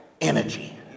energy